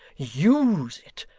use it!